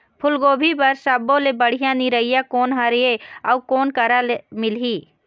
फूलगोभी बर सब्बो ले बढ़िया निरैया कोन हर ये अउ कोन करा मिलही?